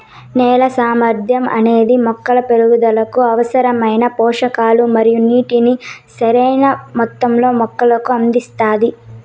నేల సామర్థ్యం అనేది మొక్కల పెరుగుదలకు అవసరమైన పోషకాలు మరియు నీటిని సరైణ మొత్తంలో మొక్కకు అందిస్తాది